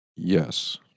Yes